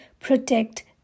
protect